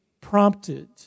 prompted